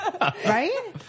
Right